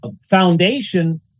foundation